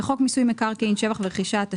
בחוק מיסוי מקרקעין (שבח ורכישה),